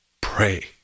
pray